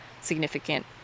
significant